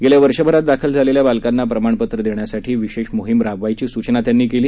गेल्या वर्षभरात दाखल झालेल्या बालकांना प्रमाणपत्र देण्यासाठी विशेष मोहिम राबवायची सूचनाही कडू यांनी यावेळी केली